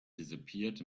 disappeared